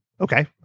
okay